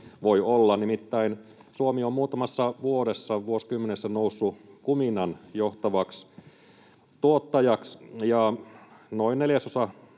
voi olla. Nimittäin Suomi on muutamassa vuodessa, vuosikymmenessä, noussut kuminan johtavaksi tuottajaksi, ja noin neljäsosa